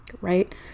right